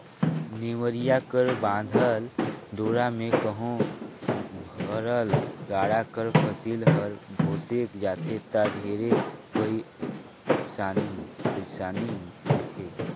नेवरिया कर बाधल डोरा मे कहो भरल गाड़ा कर फसिल हर भोसेक जाथे ता ढेरे पइरसानी रिथे